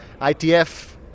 ITF